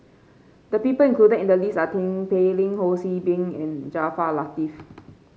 the people included in the list are Tin Pei Ling Ho See Beng and Jaafar Latiff